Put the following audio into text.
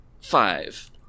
Five